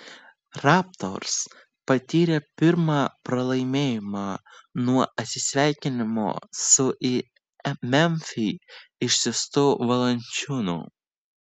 raptors patyrė pirmą pralaimėjimą nuo atsisveikinimo su į memfį išsiųstu valančiūnu